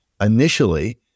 initially